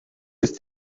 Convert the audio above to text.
ist